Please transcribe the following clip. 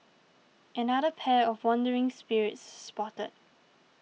another pair of wandering spirits spotted